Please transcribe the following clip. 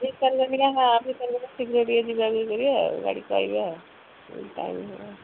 ଠିକ୍ କରିଲନି କା ହା ହଁ ଠିକ୍ କରିଲନି ଶୀଘ୍ର ଟିକେ ଯିବାକୁ କରିବା ଆଉ ଗାଡ଼ି ପାଇଲେ ଆଉ ଏଇ ଟାଇମ୍ ହେବ